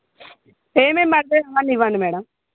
ఏమేమి పడతాయో అవన్నీ ఇవ్వండి మేడం